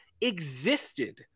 existed